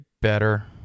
better